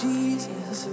Jesus